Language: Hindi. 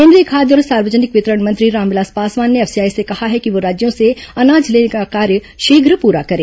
केंद्रीय खाद्य और सार्वजनिक वितरण मंत्री रामविलास पासवान ने एफसीआई से कहा है कि वह राज्यों से अनाज लेने का कार्य शीघ्र पूरा करे